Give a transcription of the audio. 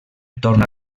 torna